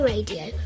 Radio